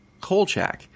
Kolchak